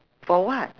for what